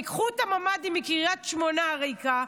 תיקחו את הממ"דים מקריית שמונה הריקה,